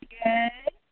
good